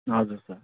हजुर सर